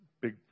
big